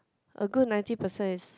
a good ninety percent is